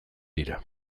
dira